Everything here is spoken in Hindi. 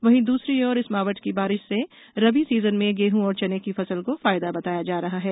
वहीं दूसरी ओर इस मावठ की बारिश से रबी सीजन में गेहूं और चने की फसल को फायदा बताया जा रहा है